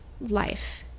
life